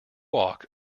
walk